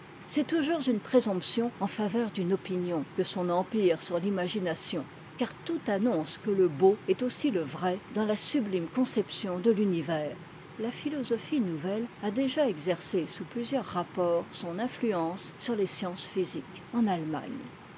c'est toujours une présomption en faveur d'une opinion que son empire sur l'imagination car tout annonce que le beau est aussi lè vrai dans la sublime conception de l'univers la philosophie nouvelle a déjà exercé sous plusieurs rapports son influence sur les sciences physiques en allemagne